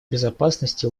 безопасности